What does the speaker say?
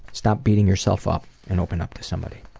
stop beating yourself up, and open up to somebody.